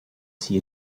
see